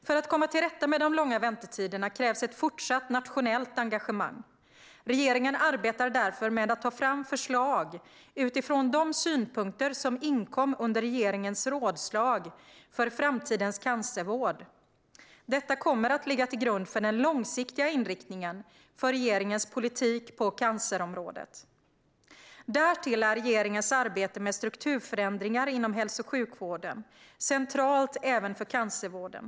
För att komma till rätta med de långa väntetiderna krävs ett fortsatt nationellt engagemang. Regeringen arbetar därför med att ta fram förslag utifrån de synpunkter som inkom under regeringens rådslag för framtidens cancervård. Detta kommer att ligga till grund för den långsiktiga inriktningen för regeringens politik på cancerområdet. Därtill är regeringens arbete med strukturförändringar inom hälso och sjukvården centralt även för cancervården.